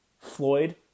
Floyd